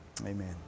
amen